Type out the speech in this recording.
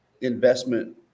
investment